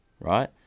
right